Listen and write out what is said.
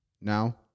Now